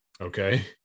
Okay